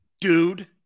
dude